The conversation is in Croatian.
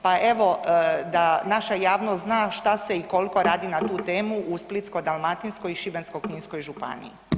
Pa evo da naša javnost zna što se i koliko radi na tu temu u Splitsko-dalmatinskoj i Šibensko-kninskoj županiji.